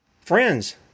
Friends